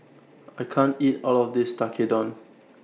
I can't eat All of This Tekkadon